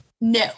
No